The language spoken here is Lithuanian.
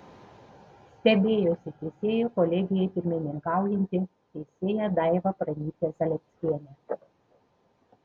stebėjosi teisėjų kolegijai pirmininkaujanti teisėja daiva pranytė zalieckienė